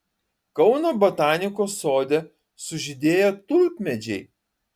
kauno botanikos sode sužydėjo tulpmedžiai